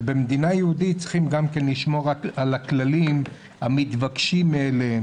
ובמדינה יהודית צריכים גם כן לשמור על הכללים המתבקשים מאליהם,